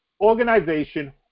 organization